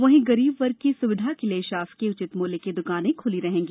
वहीं गरीब वर्ग की सुविधा के लिए शासकीय उचित मूल्य की दुकानें खुली रहेंगी